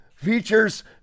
Features